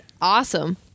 awesome